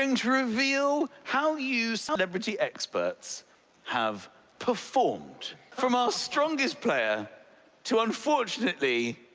um to reveal how you celebrity experts have performed, from our strongest player to, unfortunately,